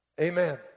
Amen